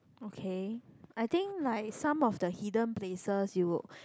okay I think like some of the hidden places you